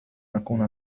أكون